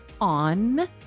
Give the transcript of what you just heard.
on